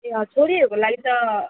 ए हजुर छोरीहरूको लागि त